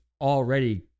already